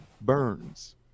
burns